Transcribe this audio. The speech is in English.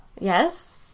Yes